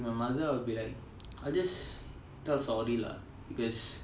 to my mother I'll be like I'll just tell sorry lah because